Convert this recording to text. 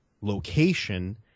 location